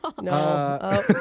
No